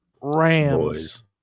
Rams